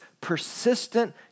persistent